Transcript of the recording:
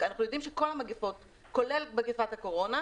אנחנו יודעים שכל המגיפות, כולל מגיפת הקורונה,